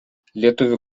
lietuvių